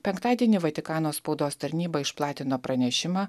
penktadienį vatikano spaudos tarnyba išplatino pranešimą